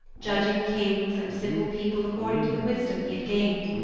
judging kings and simple people according to the wisdom he had gained.